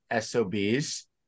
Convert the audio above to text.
SOBs